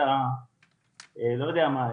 את הלא יודע מה,